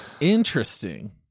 Interesting